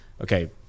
okay